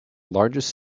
largest